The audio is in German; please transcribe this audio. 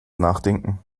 nachdenken